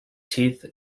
teeth